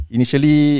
Initially